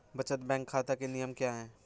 बचत बैंक खाता के नियम क्या हैं?